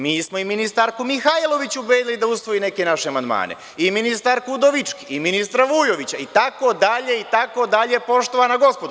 Mi smo i ministarku Mihajlović ubedili da usvoji neke naše amandmane, kao i ministarku Udovički i ministra Vujovića itd, itd, poštovana gospodo.